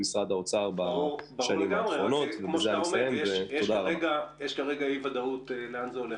ברור לגמרי, יש כרגע אי-ודאות לאן זה הולך.